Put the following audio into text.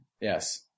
Yes